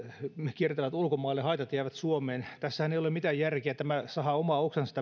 kiertävät ulkomaille haitat jäävät suomeen tässähän ei ole mitään järkeä tämä tavoite sahaa omaa oksaansa